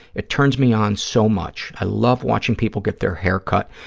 it turns me on so much. i love watching people get their hair cut,